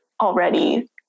already